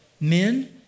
men